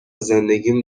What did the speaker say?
زندگیم